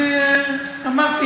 אני אמרתי,